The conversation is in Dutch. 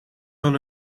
van